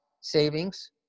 savings